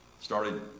Started